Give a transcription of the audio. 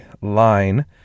line